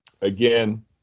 Again